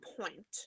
point